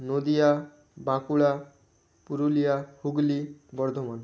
Nadia Bankura Purulia Hooghly Bardhaman